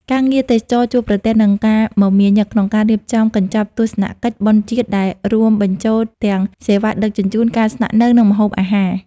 ភ្នាក់ងារទេសចរណ៍ជួបប្រទះនឹងការមមាញឹកក្នុងការរៀបចំកញ្ចប់ទស្សនកិច្ច "បុណ្យជាតិ" ដែលរួមបញ្ចូលទាំងសេវាដឹកជញ្ជូន ការស្នាក់នៅ និងម្ហូបអាហារ។